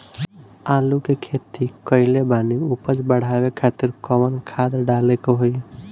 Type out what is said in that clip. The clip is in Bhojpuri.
आलू के खेती कइले बानी उपज बढ़ावे खातिर कवन खाद डाले के होई?